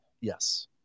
Yes